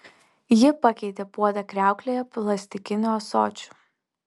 ji pakeitė puodą kriauklėje plastikiniu ąsočiu